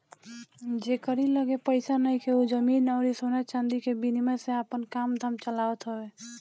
जेकरी लगे पईसा नइखे उ जमीन अउरी सोना चांदी के विनिमय से आपन काम धाम चलावत हवे